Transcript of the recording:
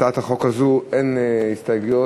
להצעת חוק זו אין הסתייגויות,